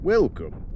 Welcome